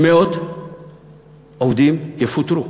שמאות עובדים יפוטרו,